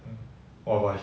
mm orh but